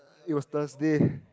it was Thursday